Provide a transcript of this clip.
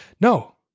No